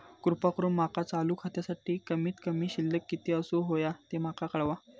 कृपा करून माका चालू खात्यासाठी कमित कमी शिल्लक किती असूक होया ते माका कळवा